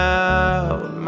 out